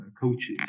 coaches